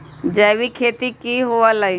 जैविक खेती की हुआ लाई?